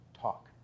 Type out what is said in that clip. talk